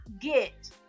get